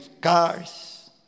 cars